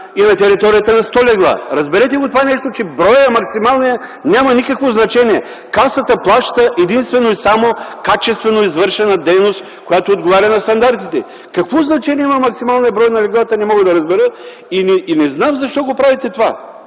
и на територията на сто легла. Разберете го това нещо, че максималният брой няма никакво значение. Касата плаща единствено и само качествено извършена дейност, която отговаря на стандартите. Какво значение има максималния брой на леглата, не мога да разбера. И не знам защо го правите това.